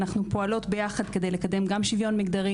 אנחנו פועלות ביחד כדי לקדם גם שוויון מגדרי